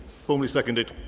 formerly seconded.